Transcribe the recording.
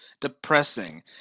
depressing